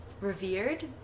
revered